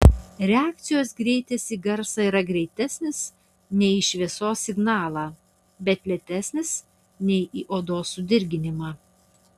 reakcijos greitis į garsą yra greitesnis nei į šviesos signalą bet lėtesnis nei į odos sudirginimą